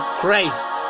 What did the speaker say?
Christ